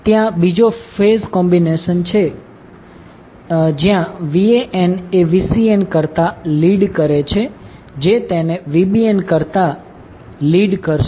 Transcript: હવે ત્યાં બીજો ફેઝ કોમ્બિનેશન છે જ્યાં Van એ Vcn કરતા લિડ કરે છે જે તેને Vbn કરતાં લિડ કરશે